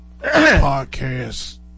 podcast